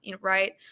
right